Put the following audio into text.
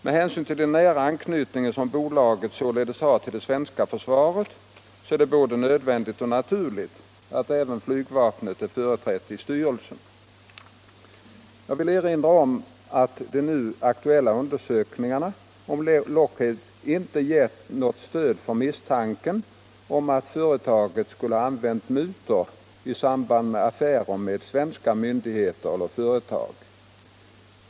Med hänsyn till den nära anknytning som bolaget således har till det svenska försvaret är det både nödvändigt och naturligt att även flygvapnet är företrätt i styrelsen. Jag vill erinra om att de nu aktuella undersökningarna om Lockheed inte gett något stöd för misstanken om att företaget skulle ha använt mutor i samband med affärer med svenska myndigheter eller företag.